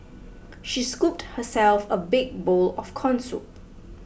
she scooped herself a big bowl of Corn Soup